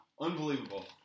Unbelievable